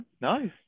nice